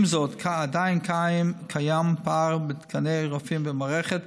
עם זאת, עדיין קיים פער בתקני רופאים במערכת,